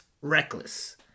reckless